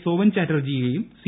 സോവൻ ചാറ്റർജിയേയും സി